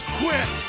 quit